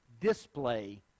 display